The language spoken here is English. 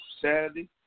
Saturday